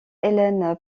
hélène